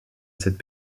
cette